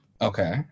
Okay